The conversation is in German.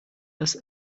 das